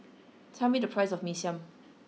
tell me the price of mee siam